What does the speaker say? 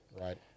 Right